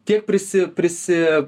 tiek prisi prisi